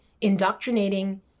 Indoctrinating